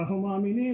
ואנחנו מאמינים,